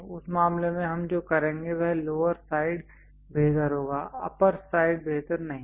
उस मामले में हम जो करेंगे वह लोअर साइड बेहतर होगा अप्पर साइड बेहतर नहीं है